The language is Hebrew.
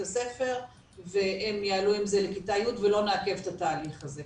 הספר והם יעלו עם זה לכיתה י' ולא נעכב את התהליך הזה.